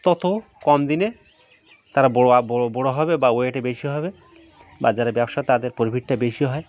তত কম দিনে তারা বড় বড় বড় হবে বা ওয়েটে বেশি হবে বা যারা ব্যবসা তাদের প্রফিটটা বেশি হয়